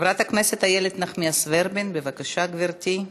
חברת הכנסת איילת נחמיאס ורבין, בבקשה, גברתי.